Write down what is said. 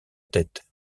tête